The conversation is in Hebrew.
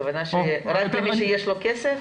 הכוונה שרק למי שיש לו כסף?